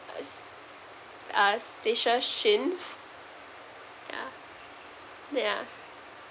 uh stacia shin yeah yeah